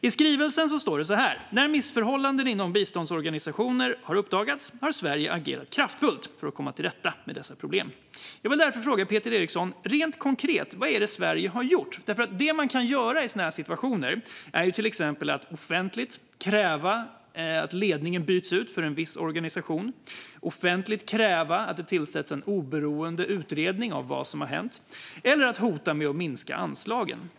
I skrivelsen står det att när missförhållanden inom biståndsorganisationer uppdagats har Sverige agerat kraftfullt för att komma till rätta med problemen. Jag vill därför fråga Peter Eriksson: Vad har Sverige gjort rent konkret? Det man kan göra i sådana situationer är till exempel att offentligt kräva att ledningen för en viss organisation byts ut, att offentligt kräva att det tillsätts en oberoende utredning av vad som hänt eller att hota med att minska anslagen.